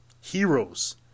Heroes